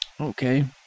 Okay